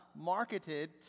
marketed